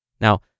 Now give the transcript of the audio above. Now